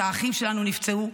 האחים שלנו נפצעו,